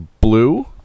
blue